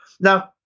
Now